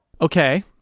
Okay